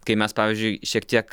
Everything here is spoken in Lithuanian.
kai mes pavyzdžiui šiek tiek